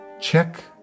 check